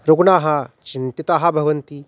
रुग्णाः चिन्तितः भवन्ति